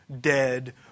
dead